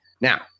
Now